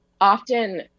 often